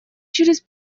через